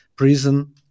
prison